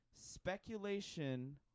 Speculation